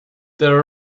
there